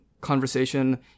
conversation